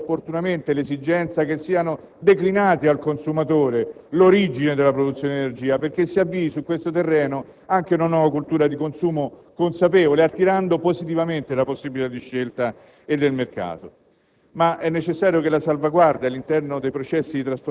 un particolare punto di questo decreto consideri opportunamente l'esigenza che sia declinata al consumatore l'origine della produzione dell'energia, perché si avvii su questo terreno anche una nuova cultura di consumo consapevole, attivando positivamente le possibilità di scelta e del mercato.